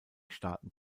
staaten